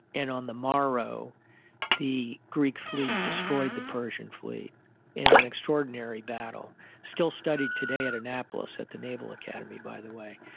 and on the morrow the greek fleet destroyed the persian fleet in an extraordinary battle. still studied today at annapolis at the naval academy by the way.